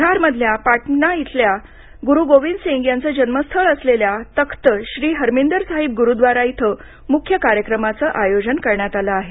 बिहारमधल्या पाटणा इथल्या त्यांच्या जन्मस्थळ असलेल्या तख्त श्री हरमींदर साहिब गुरुद्वारा इथं मुख्य कार्यक्रमाचं आयोजन करण्यात आलं आहे